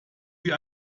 sie